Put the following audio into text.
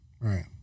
Right